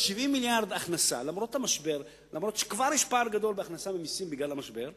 ארדן, זה לא באשמת מישהו